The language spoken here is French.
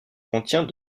contient